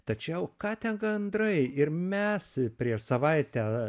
tačiau ką ten gandrai ir mes prieš savaitę